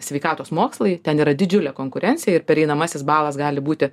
sveikatos mokslai ten yra didžiulė konkurencija ir pereinamasis balas gali būti